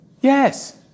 Yes